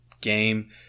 game